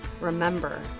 Remember